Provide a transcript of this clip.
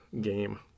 game